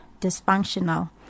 dysfunctional